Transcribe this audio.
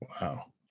Wow